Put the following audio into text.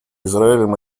израилем